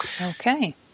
Okay